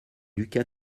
luca